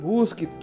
Busque